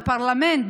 בפרלמנט,